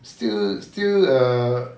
still still err